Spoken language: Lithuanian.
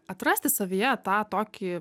atrasti savyje tą tokį